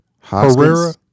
Herrera